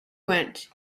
went